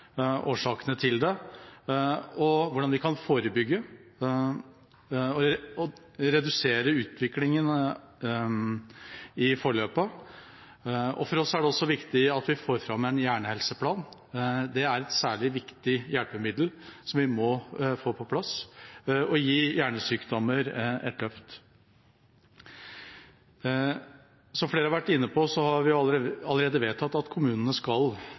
årsakene til det, og hvordan vi kan forebygge og redusere utviklingen i forløpet. For oss er det også viktig at vi får fram en hjernehelseplan. Det er et særlig viktig hjelpemiddel som vi må få på plass for å gi hjernesykdommer et løft. Som flere har vært inne på, har vi allerede vedtatt at kommunene skal